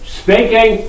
speaking